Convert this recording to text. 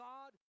God